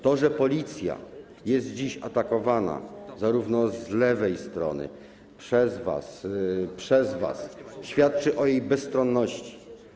To, że Policja jest dziś atakowana zarówno z lewej strony, zarówno przez was, jak i przez was, świadczy o jej bezstronności.